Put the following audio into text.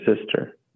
sister